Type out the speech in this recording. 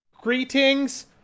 Greetings